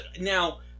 Now